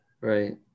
Right